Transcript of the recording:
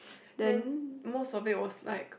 then most of it was like